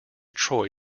troy